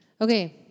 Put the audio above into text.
Okay